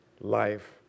Life